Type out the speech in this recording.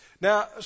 Now